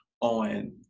on